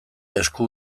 esku